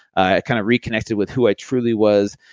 i kind of reconnected with who i truly was.